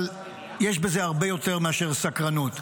אבל יש בזה הרבה יותר מאשר סקרנות.